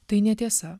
tai netiesa